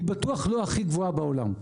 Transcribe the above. היא בטוח לא הכי גבוהה בעולם.